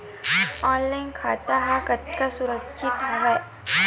Online खाता कतका सुरक्षित हवय?